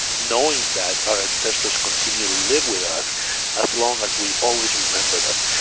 knowing that our ancestors continue to live with us as long as we always remember them.